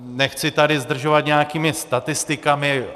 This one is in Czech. Nechci tady zdržovat nějakými statistikami.